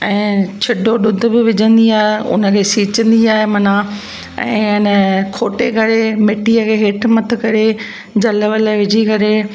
ऐं छिडो ॾुध बि विझंदी आहे उन खे सीचंदी आहे माना ऐं अन खोटे करे मिटीअ खे हेठि मथ करे जल वल विझी करे